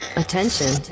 Attention